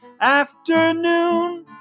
afternoon